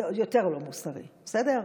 וזה עוד יותר לא מוסרי, בסדר?